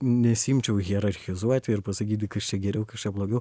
nesiimčiau hierarchizuoti ir pasakyti kas čia geriau kas čia blogiau